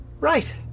Right